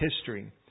history